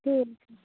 ঠিক আছে